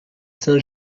saint